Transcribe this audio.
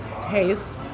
taste